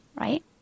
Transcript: Right